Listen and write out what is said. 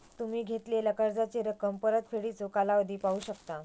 तुम्ही घेतलेला कर्जाची रक्कम, परतफेडीचो कालावधी पाहू शकता